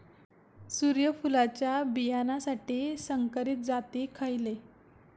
सूर्यफुलाच्या बियानासाठी संकरित जाती खयले?